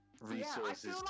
resources